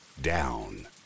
down